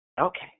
Okay